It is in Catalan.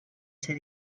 ser